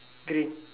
green